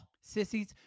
Sissies